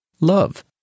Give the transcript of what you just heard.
love